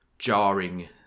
jarring